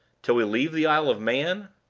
till we leave the isle of man?